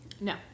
No